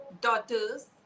daughters